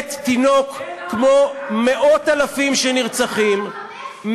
מת תינוק כמו מאות-אלפים שנרצחים,